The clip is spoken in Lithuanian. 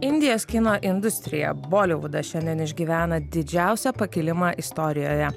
indijos kino industrija bolivudas šiandien išgyvena didžiausią pakilimą istorijoje